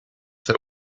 that